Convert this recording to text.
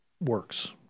works